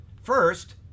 First